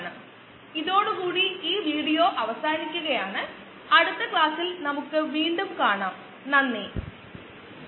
കുറച്ച് സമയത്തിനുള്ളിൽ നമ്മൾ ഈ രീതി പിന്തുടരുകയാണെങ്കിൽ നമുക്ക് സങ്കീർണ്ണമായ പ്രശ്നങ്ങൾ പരിഹരിക്കാൻ കഴിയും